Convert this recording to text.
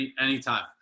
Anytime